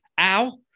ow